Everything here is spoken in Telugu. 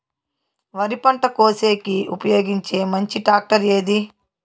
వరి పంట కోసేకి ఉపయోగించే మంచి టాక్టర్ ఏది?